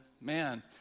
man